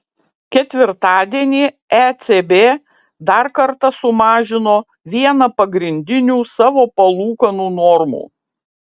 ketvirtadienį ecb dar kartą sumažino vieną pagrindinių savo palūkanų normų